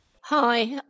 Hi